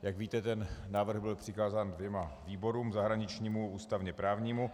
Jak víte, návrh byl přikázán dvěma výborům, zahraničnímu a ústavně právnímu.